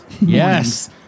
Yes